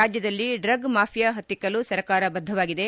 ರಾಜ್ಯದಲ್ಲಿ drug mafia ಹತ್ತಿಕ್ಕಲು ಸರ್ಕಾರ ಬದ್ದವಾಗಿದೆ